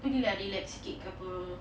pergi lah relax sikit ke apa